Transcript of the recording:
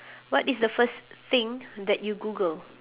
what is the first thing that you google